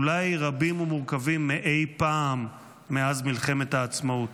אולי רבים ומורכבים מאי פעם מאז מלחמת העצמאות.